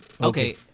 Okay